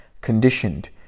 Conditioned